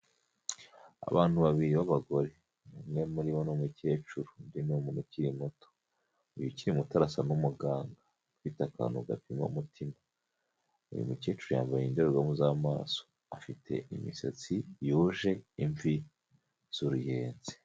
Abantu babiri b'abagore umwe muri bo ni umukecuru undi ni umuntu ukiri muto, uyu ukiri muto arasa n'umuganga ufite akantu gapima umutima, uyu mukecuru yambaye indorerwamo z'amaso, afite imisatsi yuje imvi z'uruyenzi.